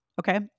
Okay